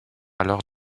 alors